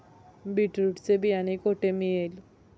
Beetroot चे बियाणे कोठे मिळेल?